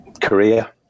Korea